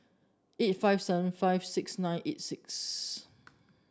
eight five seven five six nine eight six